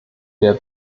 der